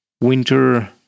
winter